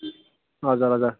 हजुर हजुर